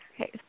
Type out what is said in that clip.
Okay